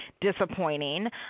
disappointing